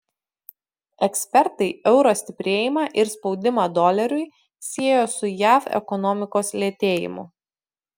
ekspertai euro stiprėjimą ir spaudimą doleriui siejo su jav ekonomikos lėtėjimu